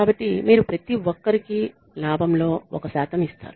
కాబట్టి మీరు ప్రతి ఒక్కరికీ లాభంలో ఒక శాతం ఇస్తారు